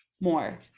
more